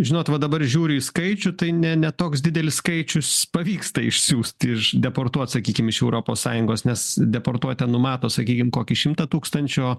žinot va dabar žiūri į skaičių tai ne ne toks didelis skaičius pavyksta išsiųst iš deportuot sakykim iš europos sąjungos nes deportuotė numato sakykim kokį šimtą tūkstančio